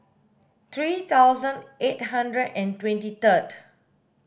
three thousand eight hundred and twenty third